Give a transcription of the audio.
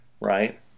right